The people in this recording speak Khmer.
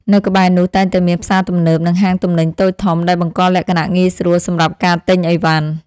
នៅក្បែរនោះតែងតែមានផ្សារទំនើប និងហាងទំនិញតូចធំ ដែលបង្កលក្ខណៈងាយស្រួលសម្រាប់ការទិញអីវ៉ាន់។